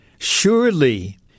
Surely